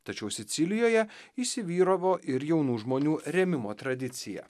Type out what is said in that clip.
tačiau sicilijoje įsivyravo ir jaunų žmonių rėmimo tradicija